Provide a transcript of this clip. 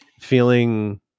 feeling